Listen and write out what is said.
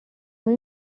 های